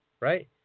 Right